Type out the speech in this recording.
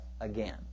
again